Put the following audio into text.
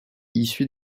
issue